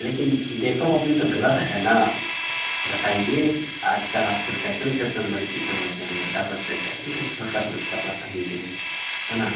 लेकिन देखो बाबू यह तो गलत है न बताइए आजकल आजकल कैसन कैसन लड़की सब रहते हैं लड़का सब ते कैसन कैस सोटका सोटक कपड़ा पहनते हैं है न